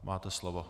Máte slovo.